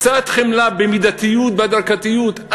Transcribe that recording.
קצת חמלה במידתיות ובהדרגתיות.